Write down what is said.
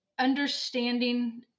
understanding